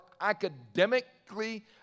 academically